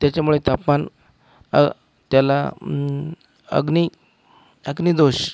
त्याच्यामुळे तापमान त्याला अग्नी अग्नीदोष